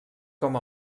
com